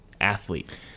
athlete